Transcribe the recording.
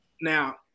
Now